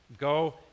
go